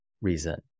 reason